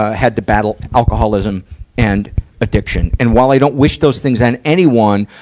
ah had to battle alcoholism and addiction. and while i don't wish those things on anyone,